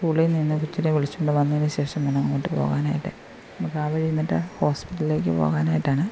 സ്കൂളിന് ചെന്ന് കൊച്ചിനെ വിളിച്ചോണ്ട് വന്നതിനുശേഷം ഒന്ന് അങ്ങോട്ട് പോകാൻ ആയിട്ട് നമുക്ക് ആ വഴി ചെന്നിട്ട് ഹോസ്പിറ്റലിലേക്ക് പോകാൻ ആയിട്ടാണ്